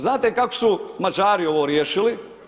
Znate kako su Mađari ovo riješili?